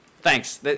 Thanks